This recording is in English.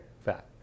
Fat